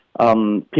People